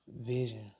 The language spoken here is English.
vision